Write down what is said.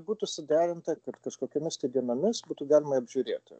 būtų suderinta kad kažkokiomis tai dienomis būtų galima apžiūrėti